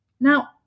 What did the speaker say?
Now